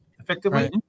Effectively